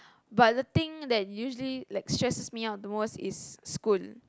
but the thing that usually that like stresses me out the most is school